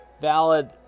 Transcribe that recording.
Valid